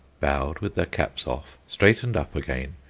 bowed with their caps off, straightened up again,